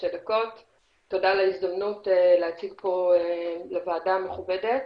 תודה על ההזדמנות להציג פה לוועדה המכובדת.